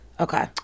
Okay